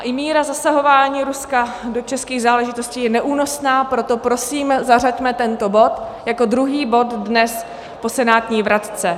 I míra zasahování Ruska do českých záležitostí je neúnosná, proto prosím, zařaďme tento bod jako druhý bod dnes po senátní vratce.